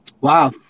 Wow